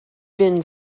been